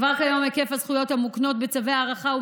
כבר כיום היקף הזכויות המוקנות בצווי הארכה הוא